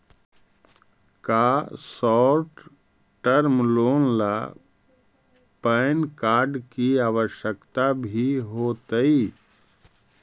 का short term loan ला PAN card की आवश्यकता भी होतइ